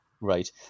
Right